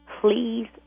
Please